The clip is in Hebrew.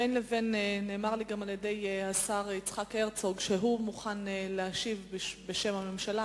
בין לבין אמר לי השר יצחק הרצוג שהוא מוכן להשיב בשם הממשלה.